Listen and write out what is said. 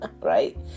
Right